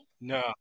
No